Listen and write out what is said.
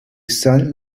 sang